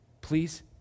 Please